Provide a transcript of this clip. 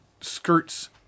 skirts